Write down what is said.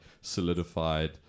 solidified